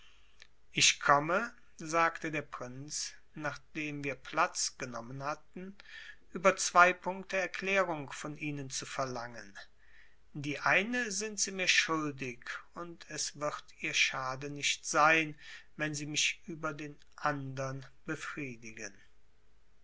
ich komme sagte der prinz nachdem wir platz genommen hatten über zwei punkte erklärung von ihnen zu verlangen die eine sind sie mir schuldig und es wird ihr schade nicht sein wenn sie mich über den andern befriedigen